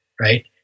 Right